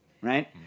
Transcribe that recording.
right